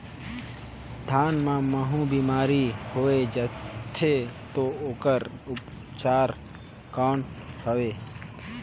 धान मां महू बीमारी होय जाथे तो ओकर उपचार कौन हवे?